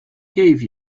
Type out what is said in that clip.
gave